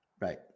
Right